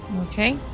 Okay